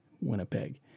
Winnipeg